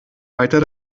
weiter